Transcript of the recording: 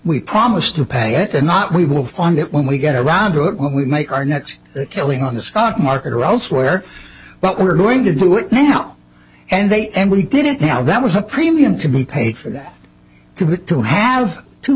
we promise to pay it or not we will find that when we get around to it when we make our next killing on the stock market or elsewhere but we're going to do it now and they and we didn't know how that was a premium to be paid for that could be to have two